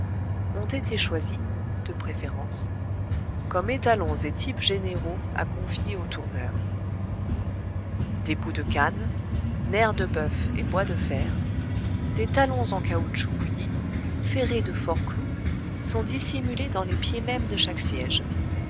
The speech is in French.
ont été choisies de préférence comme étalons et types généraux à confier au tourneur des bouts de cannes nerfs de bœuf et bois de fer des talons en caoutchouc bouilli ferrés de forts clous sont dissimulés dans les pieds mêmes de chaque siège